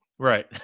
Right